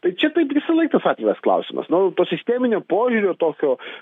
tai čia taip visą laiką tas atviras klausimas nu po sisteminio požiūrio tokio